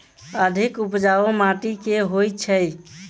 अधिक उपजाउ माटि केँ होइ छै?